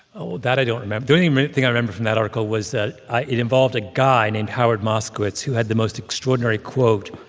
oh, well, that i don't remember. the only thing i remember from that article was that it involved a guy named howard moskowitz, who had the most extraordinary quote,